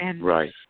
Right